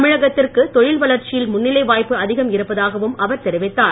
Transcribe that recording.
தமிழகத்திற்கு தொழில் வளர்ச்சியில் முன்னிலை வாய்ப்பு அதிகம் இருப்பதாகவும் அவர் தெரிவித்தார்